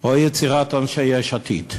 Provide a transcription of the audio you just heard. או יצירת אנשי יש עתיד.